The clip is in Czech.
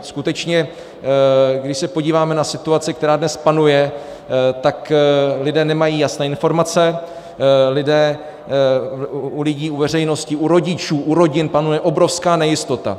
Skutečně, když se podíváme na situaci, která dnes panuje, tak lidé nemají jasné informace, u lidí, u veřejnosti, u rodičů, u rodin panuje obrovská nejistota.